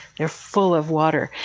they're full of water.